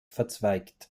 verzweigt